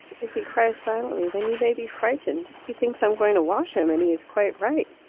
if he cries silently then you may be frightened. he thinks i am going to wash him, and he is quite right.